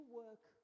work